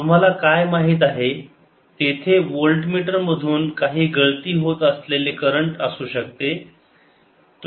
तुम्हाला काय माहित आहे तेथे व्होल्टमीटर मधून काही गळती होत असलेले करंट असू शकते